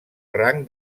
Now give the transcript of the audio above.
rang